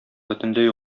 бөтенләй